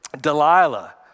Delilah